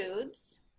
foods